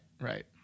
right